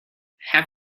have